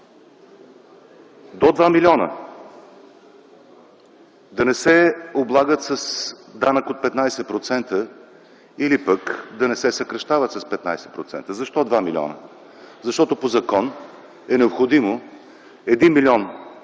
До 2 милиона да не се облагат с данък от 15% или пък да не се съкращават с 15%. Защо 2 милиона? Защото по закон е необходимо 1 милион